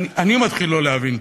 כבוד השר,